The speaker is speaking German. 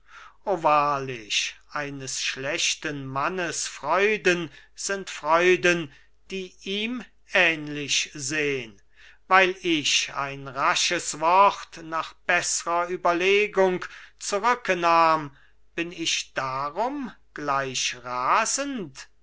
wahrlich eines schlechten mannes freuden sind freuden die ihm ähnlich sehn weil ich ein rasches wort nach beßrer ueberlegung zurücke nahm bin ich darum gleich rasend